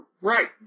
Right